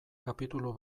kapitulu